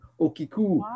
okiku